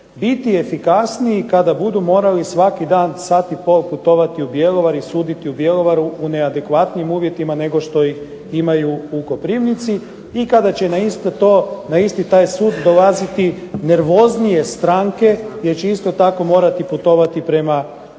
biti efikasniji kada budu morali svaki dan sat i pol putovati u Bjelovar i suditi u Bjelovaru u neadekvatnijim uvjetima nego što ih imaju u Koprivnici i kada će na isti taj sud dolaziti nervoznije stranke jer će isto tako morati putovati prema